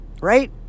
Right